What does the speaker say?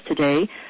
today